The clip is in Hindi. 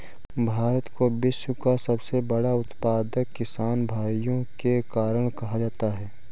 भारत को विश्व का सबसे बड़ा उत्पादक किसान भाइयों के कारण कहा जाता है